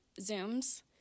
Zooms